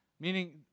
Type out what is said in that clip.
Meaning